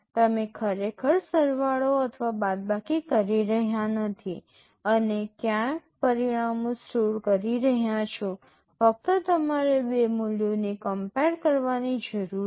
તમે ખરેખર સરવાળો અથવા બાદબાકી કરી રહ્યા નથી અને ક્યાંક પરિણામો સ્ટોર કરી રહ્યાં છો ફક્ત તમારે બે મૂલ્યોની કમ્પેર કરવાની જરૂર છે